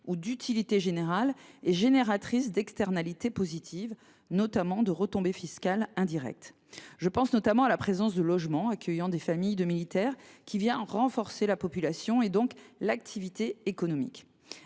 ou d’utilité générale crée des externalités positives, notamment des retombées fiscales indirectes. Ainsi, la présence de logements accueillant des familles de militaires vient renforcer la population et donc l’activité économique.